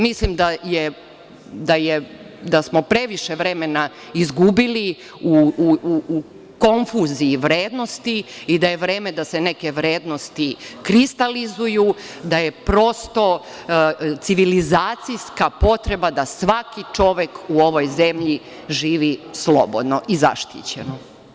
Mislim da smo previše vremena izgubili u konfuziji vrednosti i da je vreme da se neke vrednosti kristalizuju, da je prosto civilizacijska potreba da svaki čovek u ovoj zemlji živi slobodno i zaštićeno.